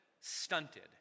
stunted